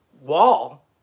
wall